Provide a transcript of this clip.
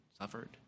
suffered